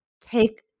take